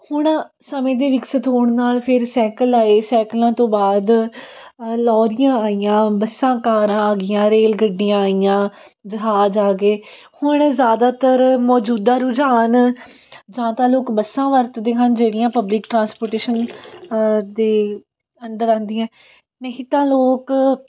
ਹੁਣ ਸਮੇਂ ਦੇ ਵਿਕਸਿਤ ਹੋਣ ਨਾਲ ਫਿਰ ਸਾਈਕਲ ਆਏ ਸਾਈਕਲਾਂ ਤੋਂ ਬਾਅਦ ਲੌਰੀਆਂ ਆਈਆਂ ਬੱਸਾਂ ਕਾਰਾਂ ਆ ਗਈਆਂ ਰੇਲ ਗੱਡੀਆਂ ਆਈਆਂ ਜਹਾਜ ਆ ਗਏ ਹੁਣ ਜ਼ਿਆਦਾਤਰ ਮੌਜੂਦਾ ਰੁਝਾਨ ਜਾਂ ਤਾਂ ਲੋਕ ਬੱਸਾਂ ਵਰਤਦੇ ਹਨ ਜਿਹੜੀਆਂ ਪਬਲਿਕ ਟਰਾਂਸਪੋਰਟੇਸ਼ਨ ਦੇ ਅੰਦਰ ਆਉਂਦੀਆਂ ਨਹੀਂ ਤਾਂ ਲੋਕ